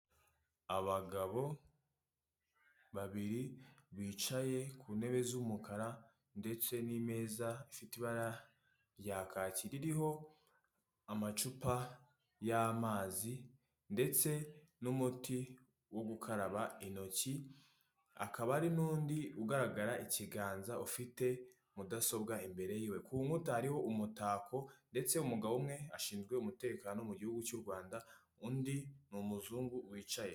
Abagabo babiri bicaye ku ntebe z'umukara ndetse n'imeza ifite ibara rya kaki ririho amacupa y'amazi ndetse n'umuti wo gukaraba intoki akaba ari n'undi ugaragara ikiganza ufite mudasobwa imbere y'iwe kunkuta hariho umutako ndetse umugabo umwe ashinzwe umutekano mu gihugu cyu Rwanda, undi ni umuzungu wicaye.